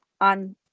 on